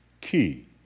key